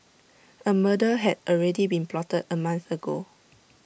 A murder had already been plotted A month ago